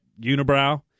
unibrow